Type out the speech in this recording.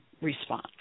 response